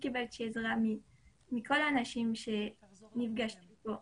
קיבלתי עזרה מכל האנשים אתם נפגשתי כאן